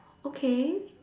okay